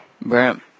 Bram